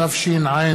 תודה רבה